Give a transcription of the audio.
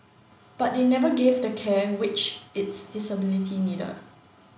but they never gave the care which its disability needed